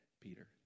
Peter